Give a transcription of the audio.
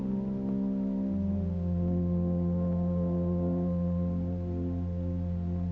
you know